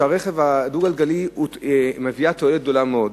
הרכב הדו-גלגלי מביא תועלת גדולה מאוד.